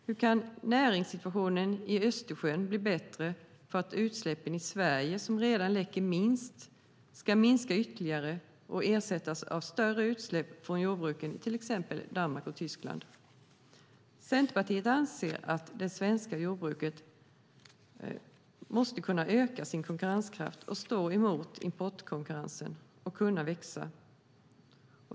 Hur kan näringssituationen i Östersjön bli bättre av att utsläppen i Sverige, som redan läcker minst, ska minska ytterligare och ersättas av större utsläpp från jordbruken i till exempel Danmark och Tyskland? Centerpartiet anser att det svenska jordbruket måste kunna öka sin konkurrenskraft, stå emot importkonkurrensen och växa.